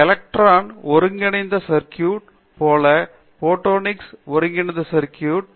அங்கு எலக்ட்ரான் ஒருங்கிணைந்த சர்க்குட் போல போட்டோனிக் ஒருங்கிணைந்த சர்க்குட்